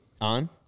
On